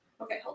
Okay